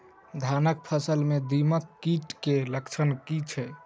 धानक फसल मे दीमक कीट केँ लक्षण की अछि?